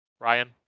Ryan